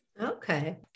Okay